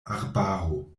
arbaro